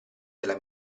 della